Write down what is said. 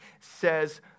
says